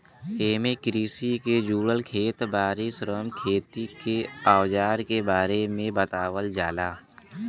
एमे कृषि के जुड़ल खेत बारी, श्रम, खेती के अवजार के बारे में बतावल जाला